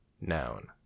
Noun